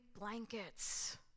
blankets